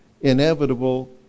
inevitable